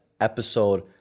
episode